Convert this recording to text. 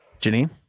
Janine